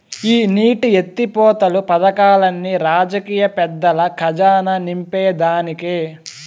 ఈ నీటి ఎత్తిపోతలు పదకాల్లన్ని రాజకీయ పెద్దల కజానా నింపేదానికే